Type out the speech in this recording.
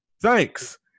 thanks